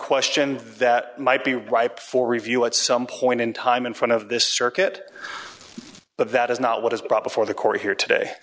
question that might be ripe for review at some point in time in front of this circuit but that is not what is brought before the court here today